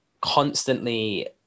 constantly